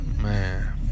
Man